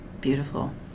Beautiful